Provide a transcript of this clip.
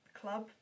club